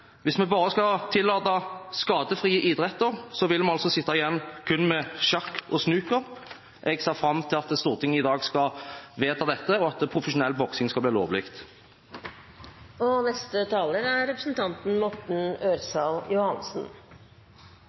Hvis vi bare skal tillate skadefrie idretter, vil vi altså sitte igjen kun med sjakk og snooker. Jeg ser fram til at Stortinget i dag skal vedta dette, og at profesjonell boksing skal bli lovlig.